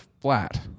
flat